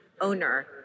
owner